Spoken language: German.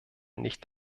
nicht